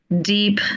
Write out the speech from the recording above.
deep